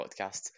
Podcast